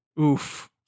Oof